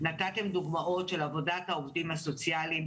נתתם דוגמאות של עבודת העובדים הסוציאליים,